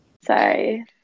sorry